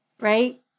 right